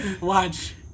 Watch